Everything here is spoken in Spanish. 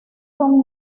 son